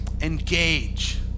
engage